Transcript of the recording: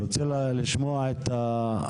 אני רוצה לשמוע את ההערות.